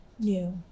new